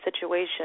situation